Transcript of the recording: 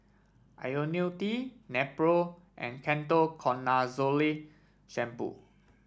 IoniL T Nepro and Ketoconazole Shampoo